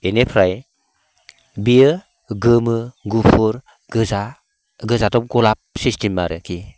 बेनिफ्राय बेयो गोमो गुफुर गोजा गोजादब गलाप सिस्टेम आरोकि